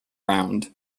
round